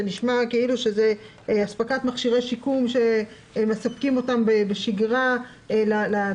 שנשמע כאילו שזה אספקת מכשירי שיקום שמספקים אותם בשגרה לתלמידים.